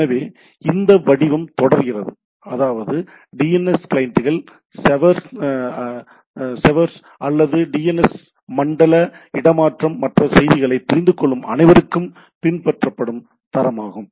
எனவே இந்த வடிவம் தொடர்கிறது அதாவது டிஎன்எஸ் கிளையண்டுகள் செவர்ஸ் அல்லது டிஎன்எஸ் மண்டலம் இடமாற்றம் இது மற்ற செய்தியைப் புரிந்துகொள்ளும் அனைவருக்கும் பின்பற்றப்படும் தரமாகும்